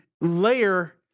layer